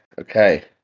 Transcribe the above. Okay